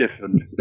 different